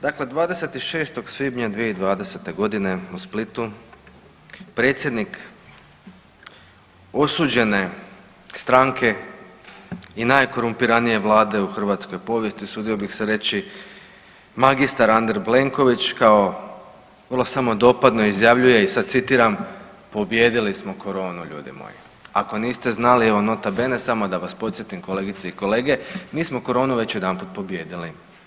Dakle, 26. svibnja 2020.g. u Splitu predsjednik osuđene stranke i najkorumpiranije vlade u hrvatskoj povijesti, usudio bih se reći magistar Andrej Plenković kao vrlo samodopadno izjavljuje i sad citiram „pobijedili smo koronu ljudi moji“, ako niste znali evo nota bene samo da vas podsjetim kolegice i kolege, mi smo koronu već jedanput pobijedili.